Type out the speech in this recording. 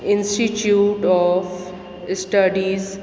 institute of studies